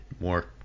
more